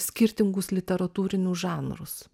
skirtingus literatūrinius žanrus